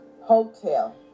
hotel